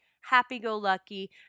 happy-go-lucky